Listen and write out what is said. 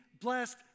blessed